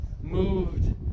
moved